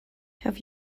have